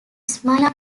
smyrna